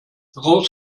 raus